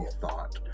thought